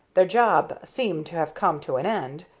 their job seemed to have come to an end,